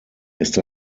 ist